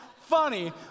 funny